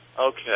Okay